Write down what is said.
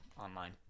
online